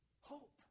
Hope